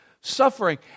suffering